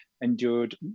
endured